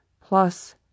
plus